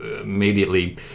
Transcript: immediately